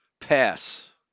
pass